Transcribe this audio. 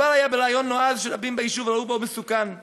מדובר ברעיון נועז, שרבים ביישוב ראו בו סכנה: